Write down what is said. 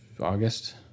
August